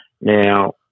Now